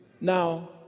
Now